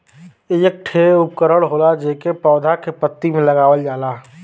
एक ठे उपकरण होला जेके पौधा के पत्ती में लगावल जाला